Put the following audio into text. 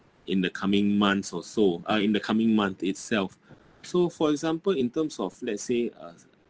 in the coming months or so uh in the coming month itself so for example in terms of let's say uh